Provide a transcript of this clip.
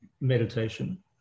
meditation